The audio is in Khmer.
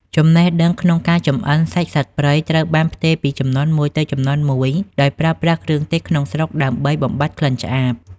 ចំណេះដឹងក្នុងការចម្អិនសាច់សត្វព្រៃត្រូវបានផ្ទេរពីជំនាន់មួយទៅជំនាន់មួយ ដោយប្រើប្រាស់គ្រឿងទេសក្នុងស្រុកដើម្បីបំបាត់ក្លិនឆ្អាប។